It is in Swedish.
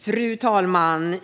Fru talman!